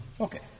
Okay